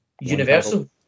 universal